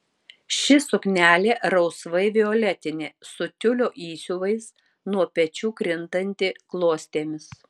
ši suknelė rausvai violetinė su tiulio įsiuvais nuo pečių krintanti klostėmis